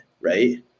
Right